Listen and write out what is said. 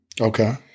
Okay